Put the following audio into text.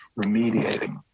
remediating